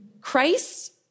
Christ